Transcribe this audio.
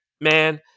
man